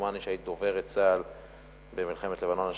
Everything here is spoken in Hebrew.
כמדומני שהיית דוברת צה"ל במלחמת לבנון השנייה,